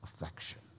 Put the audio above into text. affection